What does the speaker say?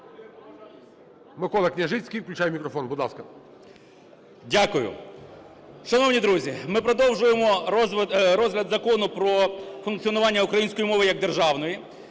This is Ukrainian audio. Дякую. Шановні друзі, ми продовжуємо розгляд Закону про функціонування української мови як державної.